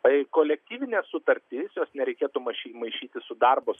tai kolektyvinė sutartis jos nereikėtų maišy maišyti su darbo